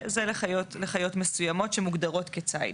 זה לחיות מסוימות שמוגדרות כציד.